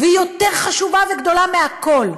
והיא יותר חשובה וגדולה מהכול,